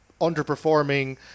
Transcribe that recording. underperforming